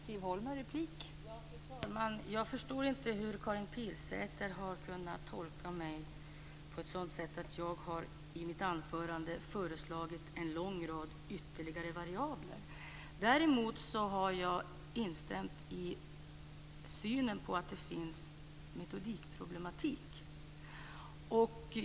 Fru talman! Jag förstår inte hur Karin Pilsäter har kunnat tolka mig på ett sådant sätt att jag i mitt anförande skulle ha föreslagit en lång rad ytterligare variabler. Däremot har jag instämt i synen att det finns metodikproblematik.